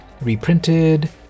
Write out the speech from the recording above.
reprinted